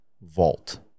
vault